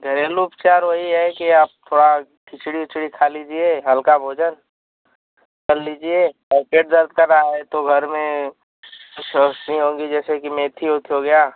घरेलू उपचार वही है कि आप थोड़ा खिचड़ी उचड़ी खा लीजिए हल्का भोजन कर लीजिए और पेट दर्द कर रहा है तो घर में होंगे जैसे कि मेथी उथी हो गया